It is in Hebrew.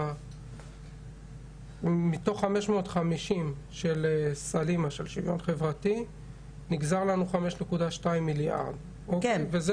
מתוך 550 נגזר לנו 5.2 מיליארד וזה